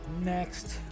next